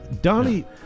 Donnie